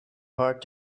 hard